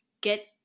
get